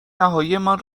نهاییمان